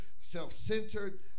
self-centered